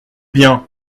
bien